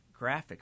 graphics